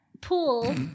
Pool